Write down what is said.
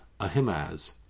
Ahimaz